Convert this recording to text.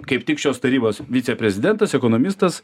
kaip tik šios tarybos viceprezidentas ekonomistas